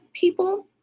people